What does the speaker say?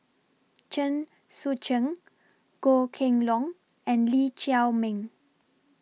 Chen Sucheng Goh Kheng Long and Lee Chiaw Meng